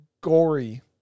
gory